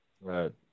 Right